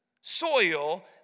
soil